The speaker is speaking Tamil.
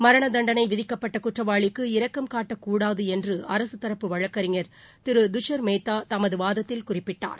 மரண தண்டனை விதிக்கப்பட்ட குற்றவாளிக்கு இரக்கம் காட்டக்கூடாது என்று அரசு தரப்பு வழக்கறிஞர் திரு துஷர் மேத்தா தமது வாதத்தில் குறிப்பிட்டார்